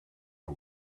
the